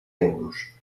euros